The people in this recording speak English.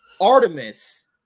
Artemis